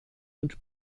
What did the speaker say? und